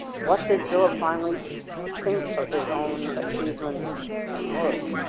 what did philip finally think of his own achievement and work?